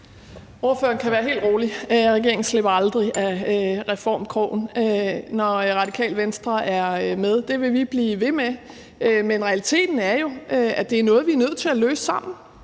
: Spørgeren kan være helt rolig: Regeringen slipper aldrig af reformkrogen, når Radikale Venstre er med. Det vil vi blive ved med at sørge for. Men realiteten er jo, at det er noget, vi er nødt til at løse sammen,